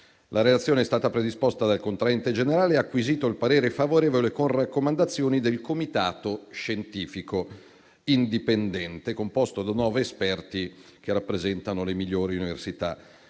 La relazione è stata predisposta dal contraente generale e ha acquisito il parere favorevole con raccomandazioni del comitato scientifico indipendente, composto da nove esperti che rappresentano le migliori università